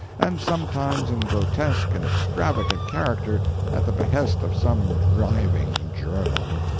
and sometimes in grotesque and extravagant character at the behest of some driving journal.